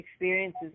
experiences